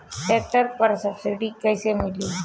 Tractor पर subsidy कैसे मिली?